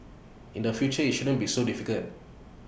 in the future IT shouldn't be so difficult